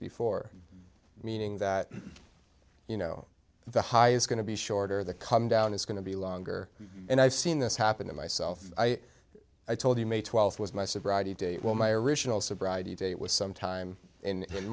before meaning that you know the high is going to be shorter the comedown is going to be longer and i've seen this happen to myself i i told you may twelfth was my sobriety date while my original sobriety date was sometime in